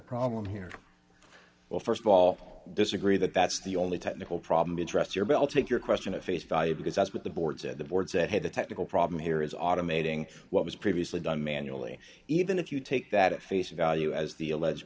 problem here well st of all disagree that that's the only technical problem to trust your belt take your question to face value because that's what the board said the board said had the technical problem here is automating what was previously done manually even if you take that at face value as the alleged